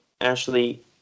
Ashley